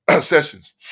sessions